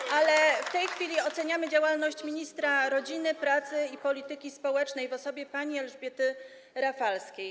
Natomiast w tej chwili oceniamy działalność ministra rodziny, pracy i polityki społecznej w osobie pani Elżbiety Rafalskiej.